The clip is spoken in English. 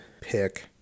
pick